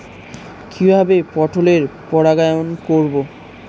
কিভাবে পটলের পরাগায়ন করব?